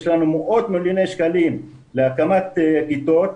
יש לנו מאות מיליוני שקלים להקמת כיתות.